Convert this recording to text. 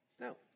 No